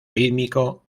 rítmico